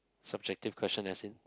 subjective question I've seen